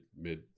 mid